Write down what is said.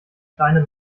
steine